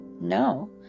no